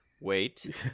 wait